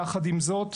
יחד עם זאת,